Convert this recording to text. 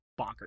bonkers